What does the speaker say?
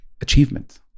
achievement